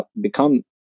become